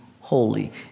holy